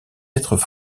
être